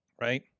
Right